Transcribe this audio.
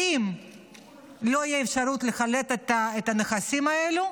ואם לא תהיה אפשרות לחלט את הנכסים האלה,